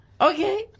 Okay